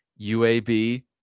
UAB